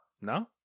No